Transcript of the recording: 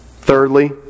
Thirdly